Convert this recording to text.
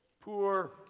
poor